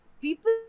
people